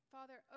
Father